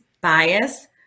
bias